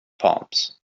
palms